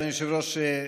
אדוני היושב-ראש,